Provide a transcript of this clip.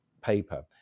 paper